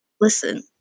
Listen